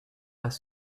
pas